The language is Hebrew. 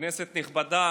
כנסת נכבדה,